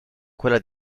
quella